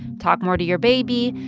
talk more to your baby,